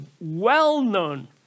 well-known